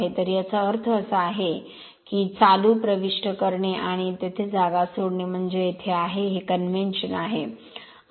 तर याचा अर्थ असा आहे की चालू प्रविष्ट करणे आणि तेथे जागा सोडणे म्हणजे येथे आहे हे convention आहे